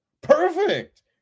Perfect